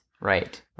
Right